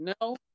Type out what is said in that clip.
No